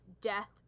death